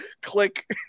Click